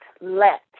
let